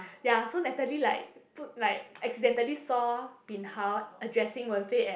ya so Natalie like put like accidentally saw bin hao addressing Wen Fei as